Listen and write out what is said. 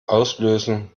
auslösen